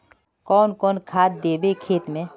कौन कौन खाद देवे खेत में?